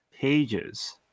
pages